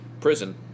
prison